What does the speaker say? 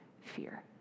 fear